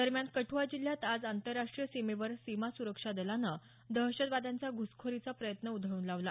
दरम्यान कठुआ जिल्ह्यात आज आंतरराष्ट्रीय सीमेवर सीमा सुरक्षा दलानं दहशतवाद्यांचा घुसखोरीचा प्रयत्न उधळून लावला